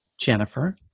Jennifer